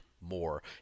more